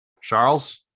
Charles